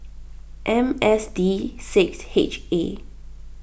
M S D six H A